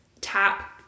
tap